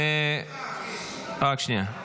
--- רק שנייה.